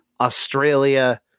australia